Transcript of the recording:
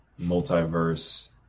multiverse